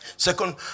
Second